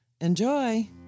Enjoy